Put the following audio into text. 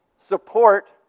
support